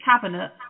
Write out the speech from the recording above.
Cabinet